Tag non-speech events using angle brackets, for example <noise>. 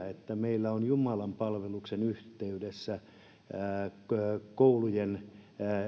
<unintelligible> että meillä on jumalanpalveluksen yhteydessä koulujen